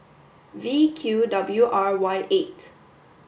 V Q W R Y eight